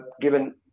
given